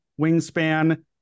wingspan